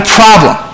problem